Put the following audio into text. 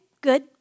Good